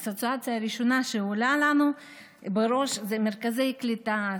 האסוציאציה הראשונה שעולה לנו בראש היא מרכזי קליטה,